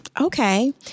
okay